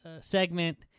segment